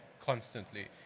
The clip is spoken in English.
constantly